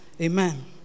Amen